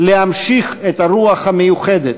להמשיך את הרוח המיוחדת